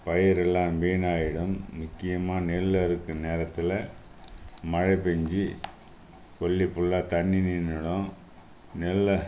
பயிர் எல்லாம் வீணாகிடும் முக்கியமாக நெல் அறுக்கும் நேரத்தில் மழை பெய்ஞ்சு கொல்லி புல்லாக தண்ணி நின்னுவிடும் நெல்